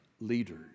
leaders